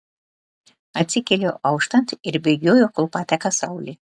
atsikeliu auštant ir bėgioju kol pateka saulė